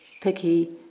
picky